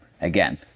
again